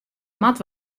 moat